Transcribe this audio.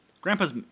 Grandpa's